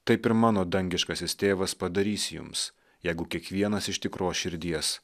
taip ir mano dangiškasis tėvas padarys jums jeigu kiekvienas iš tikros širdies